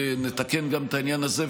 נתקן גם את העניין הזה,